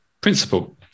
principle